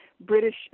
British